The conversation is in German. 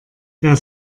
der